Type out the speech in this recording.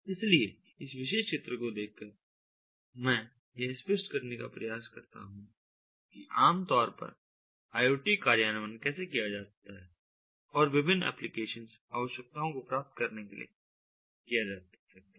इसलिए इस विशेष चित्र को देखकर मैं यह स्पष्ट करने का प्रयास करना चाहता हूं कि आम तौर पर IoT कार्यान्वयन कैसे किया जाता है और यह विभिन्न एप्लिकेशन आवश्यकताओं को प्राप्त करने के लिए किया जा सकता है